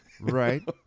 Right